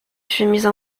chemises